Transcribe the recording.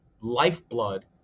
Lifeblood